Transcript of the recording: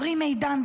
עמרי מירן,